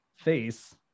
Face